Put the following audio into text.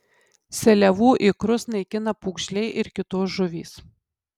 seliavų ikrus naikina pūgžliai ir kitos žuvys